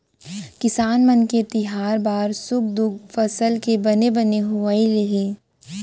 किसान मन के तिहार बार सुख दुख फसल के बने बने होवई ले हे